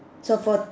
so for